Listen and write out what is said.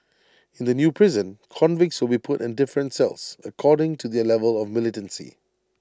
in the new prison convicts will be put in different cells according to their level of militancy